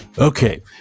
okay